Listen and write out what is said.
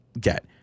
get